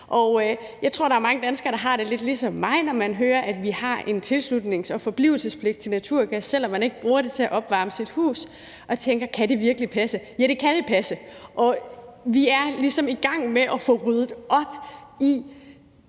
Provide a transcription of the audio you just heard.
Jeg tror, at der er mange danskere, der har det lidt ligesom mig, når de hører, at vi har en tilslutnings- og forblivelsespligt til naturgas, selv om man ikke bruger det til at opvarme sit hus, og at de tænker: Kan det virkelig passe? Ja, det kan da passe. Og vi er ligesom i gang med at få ryddet op i